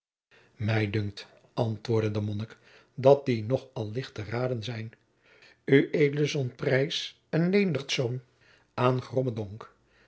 antwoordde de monnik dat die nog al licht te raden zijn ued zond preys en